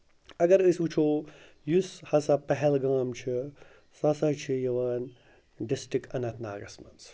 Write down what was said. اگر أسۍ وٕچھو یُس ہَسا پہلگام چھُ سُہ ہَسا چھِ یِوان ڈِسٹِرٛک اننت ناگَس مَنٛز